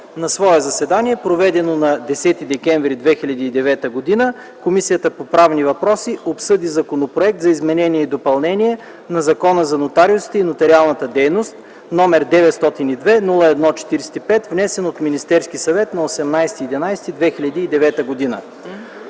„На свое заседание, проведено на 10 декември 2009 г., Комисията по правни въпроси обсъди Законопроект за изменение и допълнение на Закона за нотариусите и нотариалната дейност № 902-01-45, внесен от Министерския съвет на 18 ноември 2009 г.